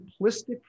simplistic